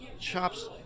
chops